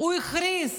הוא הכריז